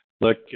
Look